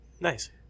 Nice